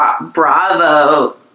bravo